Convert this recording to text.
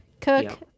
cook